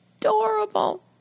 adorable